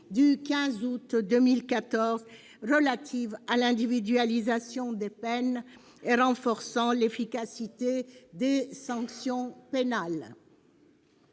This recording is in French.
du 15 août 2014 relative à l'individualisation des peines et renforçant l'efficacité des sanctions pénales.